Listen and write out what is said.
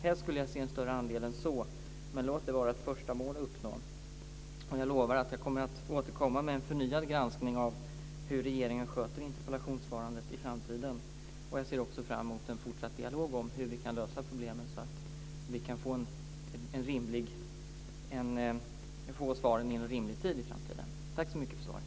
Helst skulle jag se en större andel än så, men låt det vara ett första mål att uppnå. Jag lovar att jag kommer att återkomma med en förnyad granskning av hur regeringen sköter interpellationssvarandet i framtiden. Jag ser också fram emot en fortsatt dialog om hur vi kan lösa problemen, så att vi kan få svaren inom rimlig tid i framtiden. Tack så mycket för svaret!